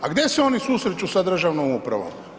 A gdje se oni susreću sa državnom upravom?